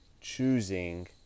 choosing